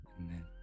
Amen